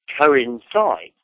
coincide